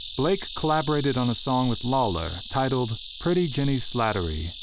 blake collaborated on a song with lawlor titled pretty jennie slattery,